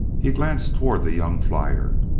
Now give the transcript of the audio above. he glanced toward the young flyer,